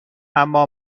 اما